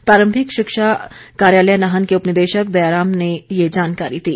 प्रारंभिक शिक्षा कार्यालय नाहन के उपनिदेशक दयाराम ने ये जानकारी दी